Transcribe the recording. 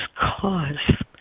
cause